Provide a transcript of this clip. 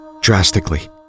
drastically